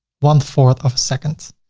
one fourth of a second.